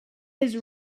his